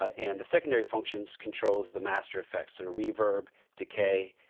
ah and the secondary functions controls the master effects the reverb, decay,